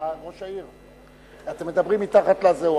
ראש העיר, אתם מדברים מתחת לדוכן.